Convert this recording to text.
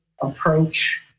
approach